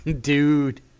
Dude